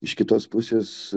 iš kitos pusės